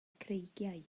creigiau